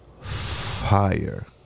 fire